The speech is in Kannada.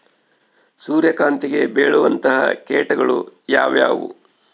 ಸೂರ್ಯಕಾಂತಿಗೆ ಬೇಳುವಂತಹ ಕೇಟಗಳು ಯಾವ್ಯಾವು?